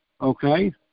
Okay